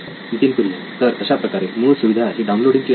नितीन कुरियन तर अशाप्रकारे मूळ सुविधा ही डाउनलोडिंग ची असावी